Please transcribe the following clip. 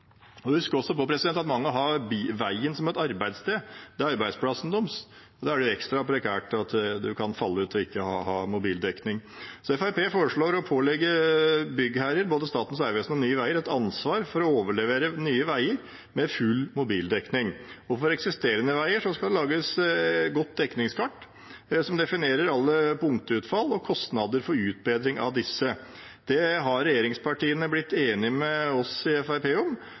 også på at mange har veien som arbeidssted, det er arbeidsplassen deres. Da er det jo ekstra prekært at mobilen faller ut og man ikke har mobildekning. Fremskrittspartiet foreslår å pålegge byggherrer, både Statens vegvesen og Nye Veier, et ansvar for å overlevere nye veier med full mobildekning. For eksisterende veier skal det lages et godt dekningskart som definerer alle punktutfall og kostnader for utbedring av disse. Regjeringspartiene har blitt enige med oss i Fremskrittspartiet om